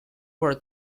were